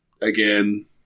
again